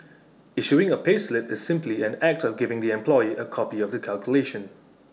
issuing A payslip is simply an act of giving the employee A copy of the calculation